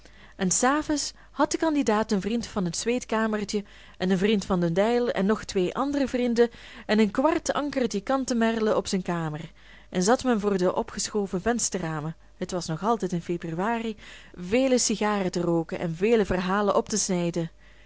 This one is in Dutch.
en s avonds had de candidaat den vriend van het zweetkamertje en den vriend van den deyl en nog twee andere vrienden en een kwart ankertje cantemerle op zijn kamer en zat men voor de opgeschoven vensterramen het was nog altijd in februari vele sigaren te rooken en vele verhalen op te snijden